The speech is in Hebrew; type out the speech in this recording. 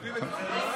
מכבדים את כולם,